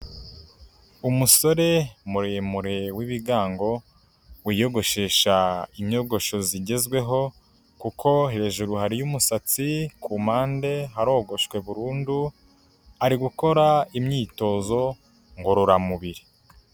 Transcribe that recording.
Umusore muremure w'ibigango, wiyogoshesha inyogosho zigezweho, kuko hejuru hari umusatsi ku mpande harogoshwe burundu, ari gukora imyitozo ngororamubiri.